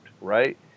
right